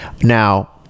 Now